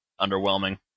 underwhelming